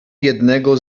jednego